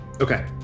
okay